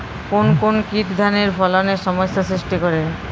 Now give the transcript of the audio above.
কোন কোন কীট ধানের ফলনে সমস্যা সৃষ্টি করে?